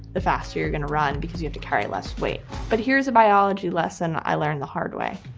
the faster you're going to run because you have to carry less weight. but here's a biology lesson i learned the hard way.